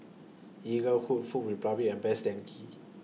Eaglehawk Food Republic and Best Denki